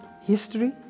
history